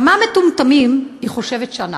כמה מטומטמים היא חושבת שאנחנו?